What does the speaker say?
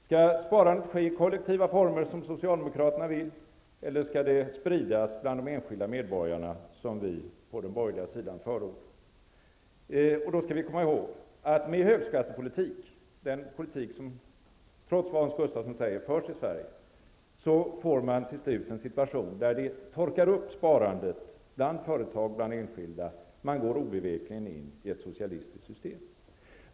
Skall sparandet ske i kollektiva former, som socialdemokraterna vill, eller skall det spridas bland de enskilda medborgarna, som vi på den borgerliga sidan förordar? Vi skall då komma ihåg, att med högskattepolitik -- den politik som, trots vad Hans Gustafsson säger, förs i Sverige -- får man till slut en situation där sparandet torkar upp, bland företag och bland enskilda, och man går obevekligen in i ett socialistiskt system.